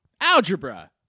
Algebra